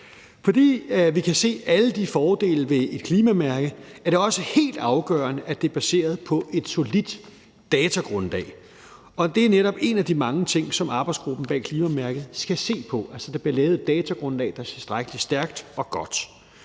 Fordi vi kan se alle de fordele ved et klimamærke, er det også helt afgørende, at det er baseret på et solidt datagrundlag, og det er netop en af de mange ting, som arbejdsgruppen bag klimamærket skal se på, altså at der bliver lavet et datagrundlag, der er tilstrækkelig stærkt og godt.